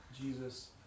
Jesus